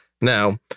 Now